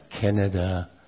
Canada